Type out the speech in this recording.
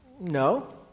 No